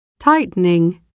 tightening 、